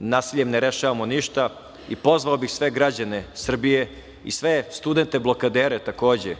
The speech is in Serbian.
Nasiljem ne rešavamo ništa i pozvao bih sve građane Srbije i sve studente blokadere takođe